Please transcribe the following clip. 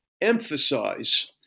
emphasize